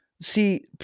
see